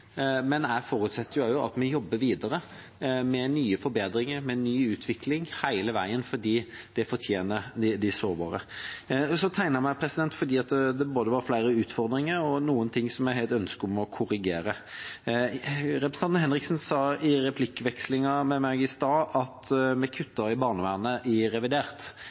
men jeg forutsetter også at vi jobber videre med nye forbedringer – med ny utvikling hele veien – for det fortjener de sårbare. Jeg tegnet meg fordi det både var flere utfordringer og noen ting som jeg har et ønske om å korrigere. Representanten Henriksen sa i replikkvekslingen med meg i stad at vi kutter i barnevernet i revidert